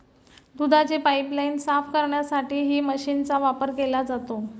दुधाची पाइपलाइन साफ करण्यासाठीही मशीनचा वापर केला जातो